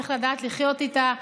צריך לדעת לחיות איתה.